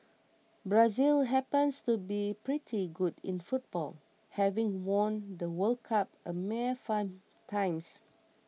Brazil happens to be pretty good in football having won the World Cup a mere five times